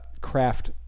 craft